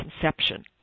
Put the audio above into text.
conception